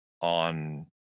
on